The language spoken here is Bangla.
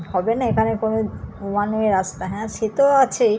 হবে না এখানে কোনো ওয়ান ওয়ে রাস্তা হ্যাঁ সে তো আছে